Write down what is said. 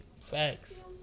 Facts